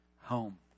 home